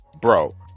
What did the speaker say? Bro